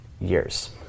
years